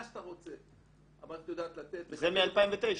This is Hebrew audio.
מה שאתה רוצה, המערכת יודעת לתת --- זה מ-2009.